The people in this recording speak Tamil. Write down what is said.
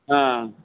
ஆ